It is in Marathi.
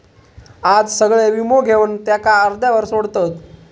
आज सगळे वीमो घेवन त्याका अर्ध्यावर सोडतत